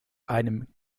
einem